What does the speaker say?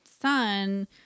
son